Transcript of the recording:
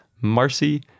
Marcy